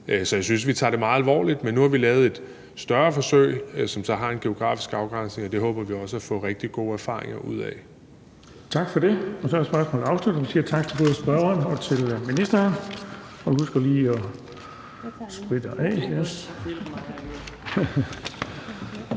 Så jeg synes, vi tager det meget alvorligt, men nu har vi lavet et større forsøg, som så har en geografisk afgrænsning, og det håber vi også at få rigtig gode erfaringer ud af. Kl. 16:29 Den fg. formand (Erling Bonnesen): Så er spørgsmålet afsluttet. Vi siger tak til både spørgeren og til ministeren. Og vi skal lige huske at